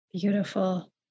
Beautiful